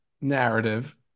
narrative